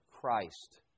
Christ